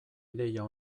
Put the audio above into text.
ideia